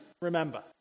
remember